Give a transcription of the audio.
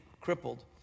crippled